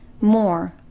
more